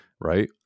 right